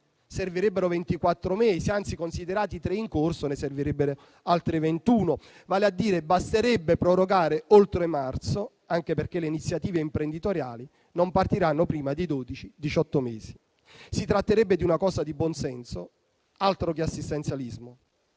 ventiquattro mesi, anzi considerati i tre in corso ne servirebbero altri ventuno, vale a dire che basterebbe prorogare oltre marzo, anche perché le iniziative imprenditoriali non partiranno prima di dodici-diciotto mesi. Si tratterebbe di una misura di buon senso, altro che assistenzialismo.